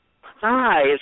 Hi